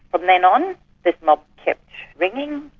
from then on this mob kept ringing,